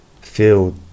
feel